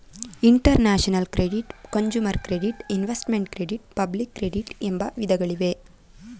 international credit, consumer credit, investment credit public credit ಎಂಬ ವಿಧಗಳಿವೆ